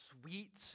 sweet